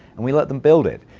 and, we let them build it.